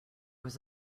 was